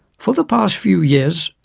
for the past few years,